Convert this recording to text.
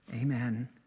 Amen